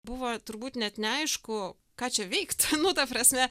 buvo turbūt net neaišku ką čia veikt nu ta prasme